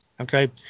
Okay